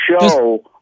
show